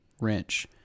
wrench